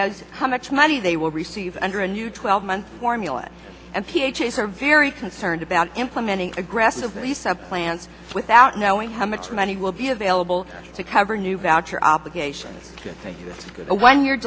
as how much money they will receive under a new twelve month formula and see a chaser very concerned about implementing aggressively sub plans without knowing how much money will be available to cover new voucher obligation